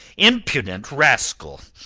impudent rascal?